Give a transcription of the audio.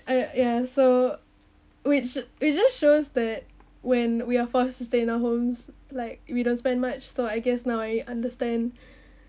I yeah so which which just shows that when we are forced to stay in our homes like we don't spend much so I guess now I understand